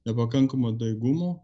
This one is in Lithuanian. nepakankamo daigumo